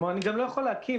אני גם לא יכול להקים.